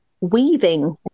weaving